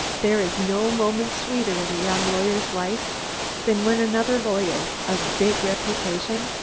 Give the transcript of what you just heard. there is no moment sweeter in a young lawyer's life than when another lawyer, of big reputation,